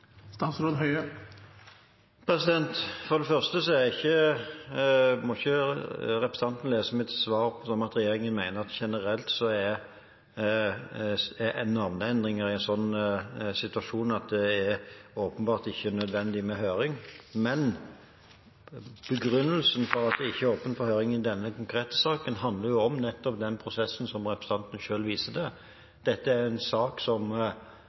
For det første må ikke representanten lese mitt svar som at regjeringen mener navneendringer generelt er en situasjon der det åpenbart ikke er nødvendig med høring. Men begrunnelsen for at det ikke er åpnet for høring i denne konkrete saken, handler om den prosessen som representanten selv viste til. Dette er en sak som